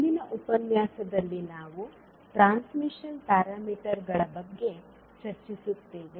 ಇಂದಿನ ಉಪನ್ಯಾಸದಲ್ಲಿ ನಾವು ಟ್ರಾನ್ಸ್ಮಿಷನ್ ಪ್ಯಾರಾಮೀಟರ್ಗಳ ಬಗ್ಗೆ ಚರ್ಚಿಸುತ್ತೇವೆ